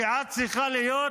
איך שאתם רוצים.